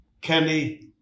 Kenny